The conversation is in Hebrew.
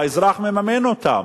האזרח מממן אותם.